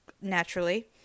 naturally